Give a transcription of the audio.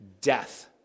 death